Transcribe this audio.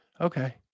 Okay